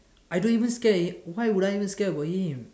I don't even scared why would I even scared about him